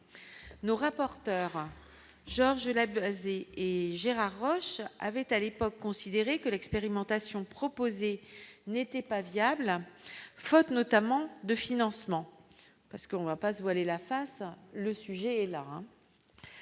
nos rapporteur Georges Abkhazie et Gérard Roche avait à l'époque, considéré que l'expérimentation proposée n'était pas viable, faute notamment de financement parce qu'on va pas se voiler la face, le sujet, il